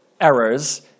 errors